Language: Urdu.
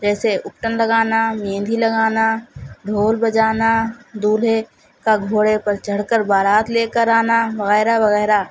جیسے ابٹن لگانا مہندی لگانا ڈھول بجانا دولہے کا گھوڑے پر چڑھ کر بارات لے کر آنا وغیرہ وغیرہ